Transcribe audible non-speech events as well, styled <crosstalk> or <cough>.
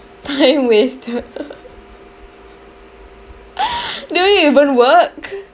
time with the <laughs> do you even work